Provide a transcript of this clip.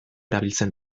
erabiltzen